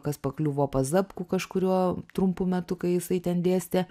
kas pakliuvo pas zapkų kažkuriuo trumpu metu kai jisai ten dėstė